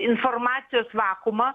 informacijos vakuumą